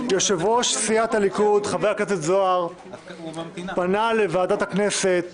יושב-ראש סיעת הליכוד חבר הכנסת זוהר פנה לוועדת הכנסת